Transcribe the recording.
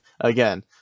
again